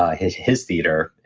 ah his his theater,